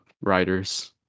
writers